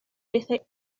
bethau